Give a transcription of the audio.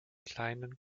kleinen